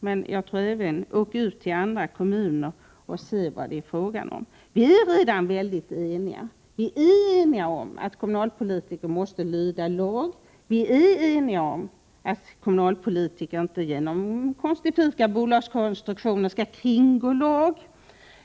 Och åk också ut till andra kommuner. Civilministern och jag är redan mycket eniga. Vi är eniga om att kommunalpolitiker måste lyda lag. Vi är eniga om att kommunalpolitiker inte genom konstifika bolagskonstruktioner skall kringgå lag.